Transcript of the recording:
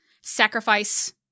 sacrifice